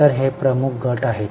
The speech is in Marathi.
तर हे प्रमुख गट आहेत